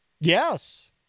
Yes